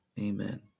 Amen